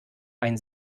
einen